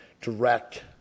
direct